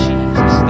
Jesus